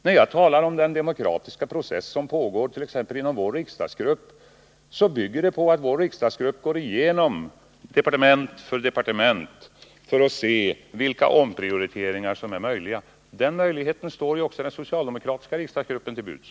När jag talar om den demokratiska process som pågår t.ex. inom vår riksdagsgrupp, så bygger det på att riksdagsgruppen går igenom departement efter departement för att se vilka omprioriteringar som är möjliga. Den möjligheten står ju också den socialdemokratiska riksdagsgruppen till buds,